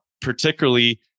particularly